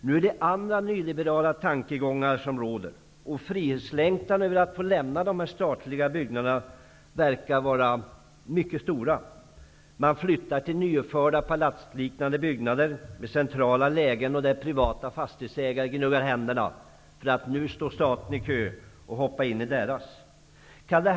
Nu är det andra nyliberala tankegångar som råder, och frihetslängtan efter att få lämna dessa statliga byggnader verkar vara mycket stor. Man flyttar till nyuppförda och palatsliknande byggnader med centrala lägen, och privata fastighetsägare gnuggar händerna för att staten nu står i kö för att flytta in i deras byggnader.